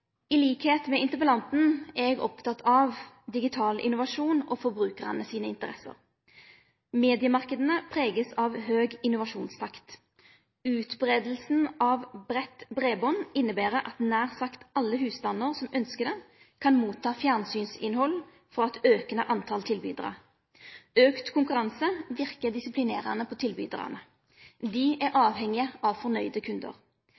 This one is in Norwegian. med interpellanten er eg oppteken av digital innovasjon og forbrukarane sine interesser. Mediemarknadene er prega av høg innovasjonstakt. Utbreiinga av breiband inneber at nær sagt alle husstandar som ynskjer det, kan motta fjernsynsinnhald frå eit aukande tal på tilbydarar. Auka konkurranse verkar disiplinerande på tilbydarane. Dei er